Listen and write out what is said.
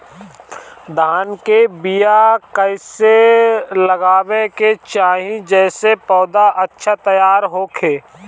धान के बीया कइसे लगावे के चाही जेसे पौधा अच्छा तैयार होखे?